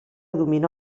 domina